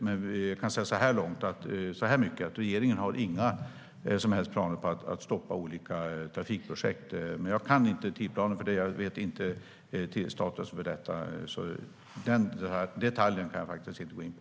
Men jag kan säga så mycket att regeringen inte har några som helst planer på att stoppa olika trafikprojekt. Jag kan dock som sagt inte tidsplanen för detta, och jag känner inte till statusen för det. Den detaljen kan jag alltså inte gå in på.